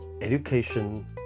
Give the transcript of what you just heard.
Education